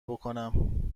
بکنم